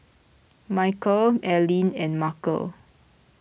Michial Aileen and Markel